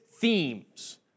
themes